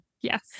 Yes